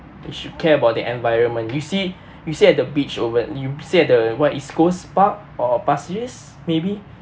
I should care about the environment you see you see at the beach over~ you see at the what east coast park or pasir ris maybe